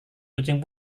kucing